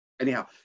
anyhow